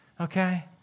okay